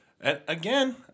Again